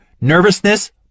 nervousness